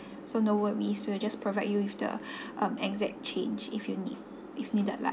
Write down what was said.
so no worries we will just provide you with the um exact change if you need if needed lah